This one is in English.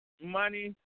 Money